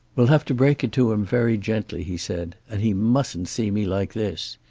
we'll have to break it to him very gently, he said. and he mustn't see me like this.